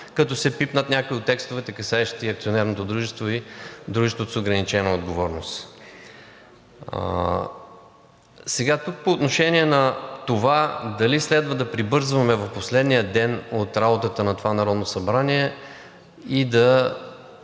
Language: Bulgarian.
като се пипнат някои от текстовете, касаещи акционерното дружество и дружеството с ограничена отговорност. По отношение на това дали следва да прибързваме в последния ден от работата на това Народно събрание и да